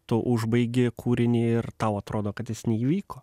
tu užbaigi kūrinį ir tau atrodo kad jis neįvyko